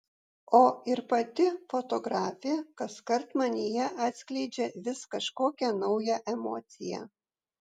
o ir pati fotografė kaskart manyje atskleidžia vis kažkokią naują emociją